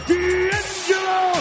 D'Angelo